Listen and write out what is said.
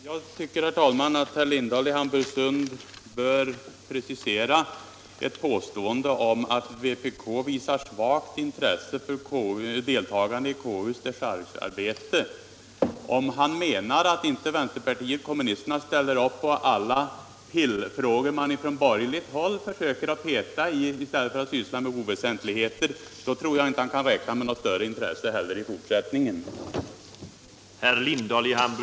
Herr talman! Jag tycker att herr Lindahl i Hamburgsund bör precisera sitt påstående att vpk visat svagt intresse för deltagande i konstitutionsutskottets dechargearbete. Om herr Lindahl menar att vpk inte ställer upp på alla de pillfrågor som man på borgerligt håll försöker föra fram i stället för att syssla med väsentligheter, tror jag inte att herr Lindahl kan räkna med något intresse från vår sida i fortsättningen heller.